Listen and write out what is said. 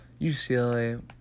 UCLA